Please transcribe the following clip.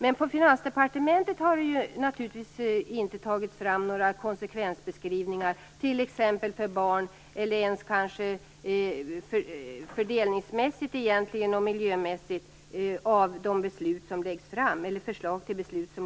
Men på Finansdepartementet har man naturligtvis inte tagit fram några konsekvensbeskrivningar, t.ex. för barn eller ens fördelningsmässigt och miljömässigt, innan man lägger fram förslag till beslut.